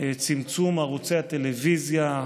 צמצום ערוצי הטלוויזיה,